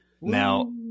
Now